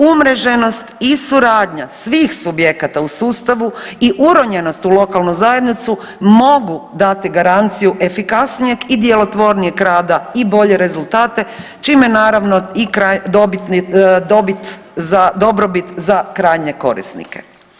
Umreženost i suradnja svih subjekata u sustavu i uronjenost u lokalnu zajednicu mogu dati garanciju efikasnijeg i djelotvornijeg rada i bolje rezultate čime naravno i dobit za, dobrobit za krajnje korisnike.